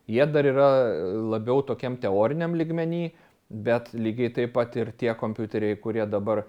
jie dar yra labiau tokiam teoriniam lygmeny bet lygiai taip pat ir tie kompiuteriai kurie dabar